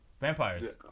Vampires